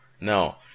No